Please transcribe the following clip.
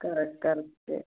correct కరెక్టే